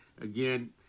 again